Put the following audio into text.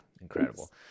Incredible